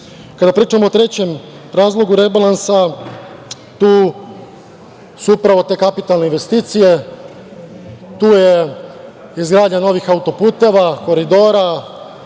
pričamo o trećem razlogu rebalansa, tu su upravo te kapitalne investicije, tu je izgradnja novih autoputeva, koridora,